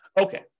Okay